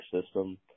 system